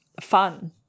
fun